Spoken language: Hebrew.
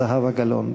זהבה גלאון.